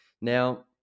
Now